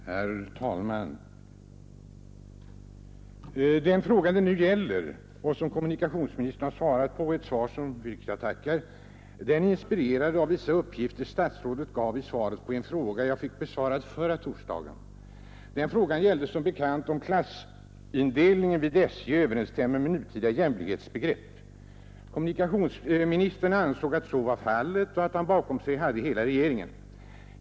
Herr talman! Den fråga som kommunikationsministern nu har svarat på — ett svar för vilket jag tackar — är inspirerad av vissa uppgifter som statsrådet gav i svaret på en fråga av mig förra torsdagen. Den frågan gällde om klassindelningen vid SJ överensstämmer med nutida jämlikhetsbegrepp. Kommunikationsministern ansåg att så var fallet och meddelade att han bakom sig hade hela regeringen.